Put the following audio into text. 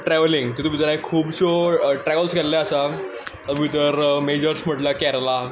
travelling तितूंत भितर हांवें खुबश्यो ट्रॅव्हल्स केल्ले आसा तातूंत भितर मेजर्स म्हणल्यार केरला